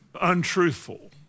untruthful